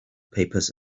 papers